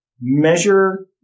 measure